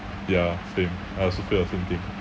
ya same I also feel the same thing